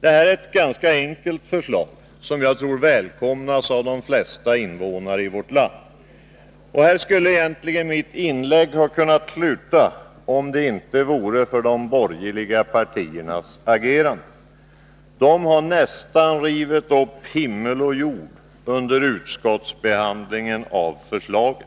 Det är ett ganska enkelt förslag, som jag tror skall välkomnas av de flesta invånare i vårt land. Här skulle mitt inlägg ha kunnat sluta, om det inte vore för de borgerliga partiernas agerande. De har nästan rivit upp himmel och jord under utskottsbehandlingen av förslaget.